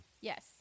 Yes